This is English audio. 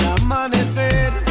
amanecer